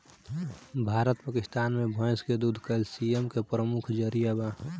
भारत पकिस्तान मे भैंस के दूध कैल्सिअम के प्रमुख जरिआ बा